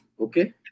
okay